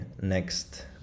next